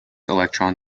electron